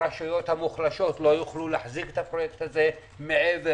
הרשויות המוחלשות לא יוכלו להחזיק את הפרויקט הזה מעבר